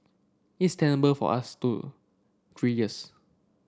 is tenable for us to three years